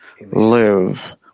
live